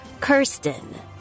kirsten